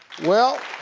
well